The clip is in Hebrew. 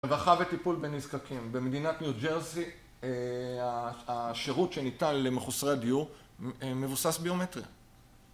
רווחה וטיפול בנזקקים. במדינת ניו ג'רסי השירות שניתן למחוסרי הדיור מבוסס ביומטריה